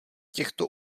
těchto